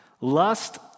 Lust